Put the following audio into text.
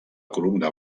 columna